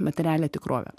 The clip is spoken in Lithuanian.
materialią tikrovę